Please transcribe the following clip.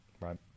right